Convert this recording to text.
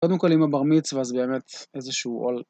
קודם כל עם הבר מצווה אז באמת איזשהו עול